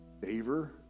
favor